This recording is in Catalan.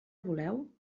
voleu